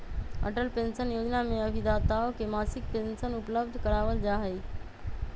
Atal pension योजना में अभिदाताओं के मासिक पेंशन उपलब्ध करावल जाहई